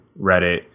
Reddit